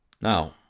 Now